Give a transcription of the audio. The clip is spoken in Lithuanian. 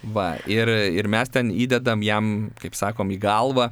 va ir ir mes ten įdedam jam kaip sakom į galvą